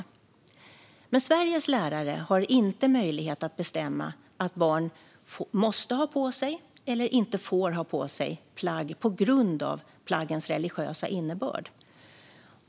Men Sveriges lärare har inte möjlighet att bestämma att barn måste ha på sig eller inte får ha på sig plagg på grund av plaggens religiösa innebörd.